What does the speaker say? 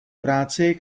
práci